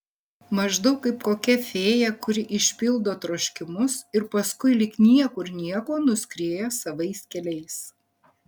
maždaug kaip kokia fėja kuri išpildo troškimus ir paskui lyg niekur nieko nuskrieja savais keliais